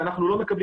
אנחנו לא מקבלים